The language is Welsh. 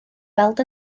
weld